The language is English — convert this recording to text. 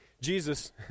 Jesus